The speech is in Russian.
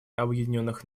объединенных